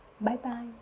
Bye-bye